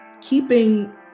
keeping